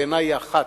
בעיני היא אחת,